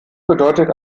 bedeutet